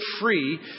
free